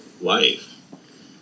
life